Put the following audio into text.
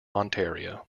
ontario